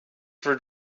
for